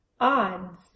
odds